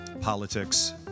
politics